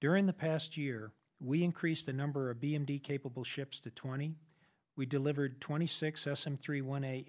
during the past year we increased the number of b m d capable ships to twenty we delivered twenty six s and three one a